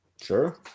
Sure